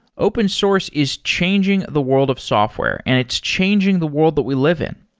open source is changing the world of software and it's changing the world that we live in.